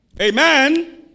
Amen